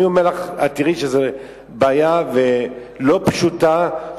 את תראי שזו בעיה לא פשוטה,